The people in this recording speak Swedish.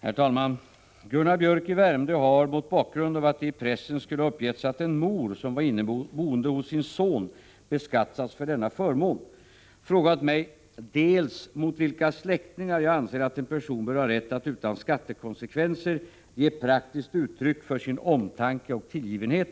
Herr talman! Gunnar Biörck i Värmdö har — mot bakgrund av att det i pressen skulle ha uppgetts att en mor, som var inneboende hos sin son, beskattats för denna förmån — frågat mig dels mot vilka släktingar jag anser att en person bör ha rätt att utan skattekonsekvenser ge praktiskt uttryck för sin omtanke och tillgivenhet,